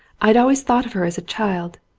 i'd always thought of her as a child.